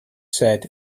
said